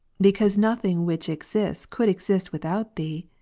because nothing which exists could exist without thee,